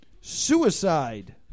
Suicide